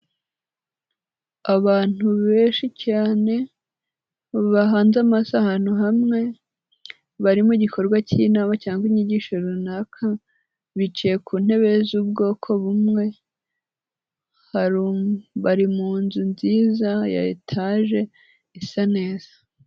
Abantu benshi cyane, bahanze amaso ahantu hamwe, bari mu gikorwa cy'inama cyangwa inyigisho runaka, bicaye ku ntebe z'ubwoko bumwe, bari mu nzu nziza ya etaje, isa neza.